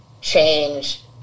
change